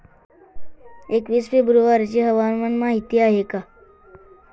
एकवीस फेब्रुवारीची हवामान माहिती आहे का?